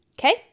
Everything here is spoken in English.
Okay